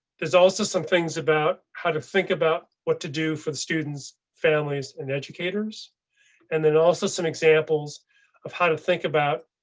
there's also some things about how to think about what to do for the students, families and educators and then also some examples of how to think about